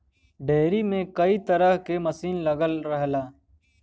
dairy में कई तरे क मसीन लगल रहला